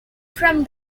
from